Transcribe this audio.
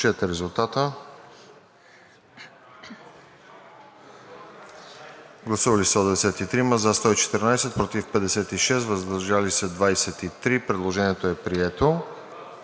Предложението е прието.